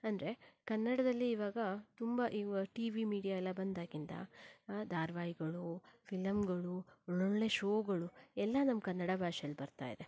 ಅಂದರೆ ಕನ್ನಡದಲ್ಲಿ ಇವಾಗ ತುಂಬ ಇವು ಟಿ ವಿ ಮೀಡಿಯಾ ಎಲ್ಲ ಬಂದಾಗಿಂದ ಧಾರಾವಾಹಿಗಳು ಫಿಲಂಗಳು ಒಳ್ಳೊಳ್ಳೆಯ ಶೋಗಳು ಎಲ್ಲ ನಮ್ಮ ಕನ್ನಡ ಭಾಷೆಯಲ್ಲಿ ಬರ್ತಾ ಇದೆ